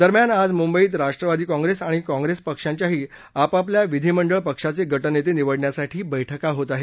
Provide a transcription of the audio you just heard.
दरम्यान आज मुंबईत राष्ट्रवादी काँग्रेस आणि काँग्रेस पक्षांच्याही आपापल्या विधिमंडळ पक्षाचे गटनेते निवडण्यासाठी बैठका होत आहेत